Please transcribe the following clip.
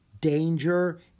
Danger